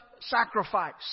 sacrifice